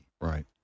Right